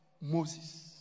moses